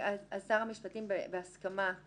אז שר המשפטים בהסכמת